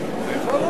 סליחה,